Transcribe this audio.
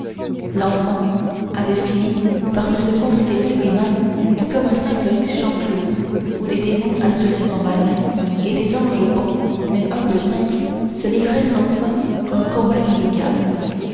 l'enfant avait fini par ne se considérer lui-même que comme un simple champ clos où des démons assurément malins et des anges bons mais un peu simples se livraient sans fin un combat inégal